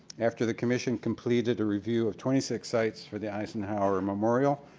after the commission completed, a review of twenty six sites for the eisenhower memorial,